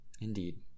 indeed